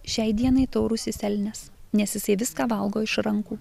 šiai dienai taurusis elnias nes jisai viską valgo iš rankų